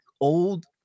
old